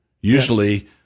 usually